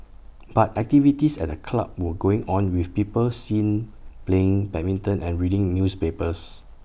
but activities at the club were going on with people seen playing badminton and reading newspapers